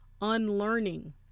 unlearning